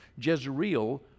Jezreel